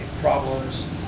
problems